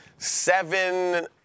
Seven